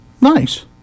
Nice